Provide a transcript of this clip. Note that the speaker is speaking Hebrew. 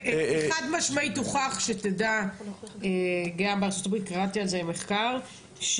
חד משמעית הוכח וגם קראתי על זה מחקר,